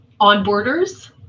onboarders